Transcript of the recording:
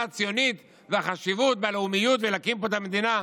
הציונית והחשיבות והלאומיות ולהקים פה את המדינה?